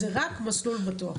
זה רק "מסלול בטוח".